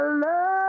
love